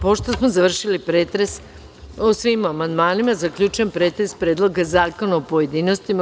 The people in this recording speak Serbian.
Pošto smo završili pretres o svim amandmanima, zaključujem pretres Predloga zakona u pojedinostima.